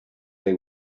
they